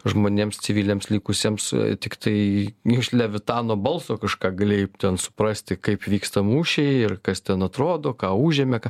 žmonėms civiliams likusiems tiktai iš levitano balso kažką galėjai ten suprasti kaip vyksta mūšiai ir kas ten atrodo ką užėmė ką